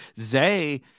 Zay